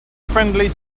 friendly